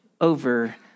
over